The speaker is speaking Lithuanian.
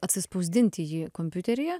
atsispausdinti jį kompiuteryje